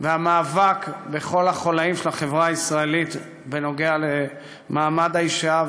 והמאבק בכל החוליים של החברה הישראלית בנוגע למעמד האישה,